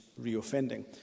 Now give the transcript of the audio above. reoffending